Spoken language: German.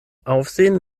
aufsehen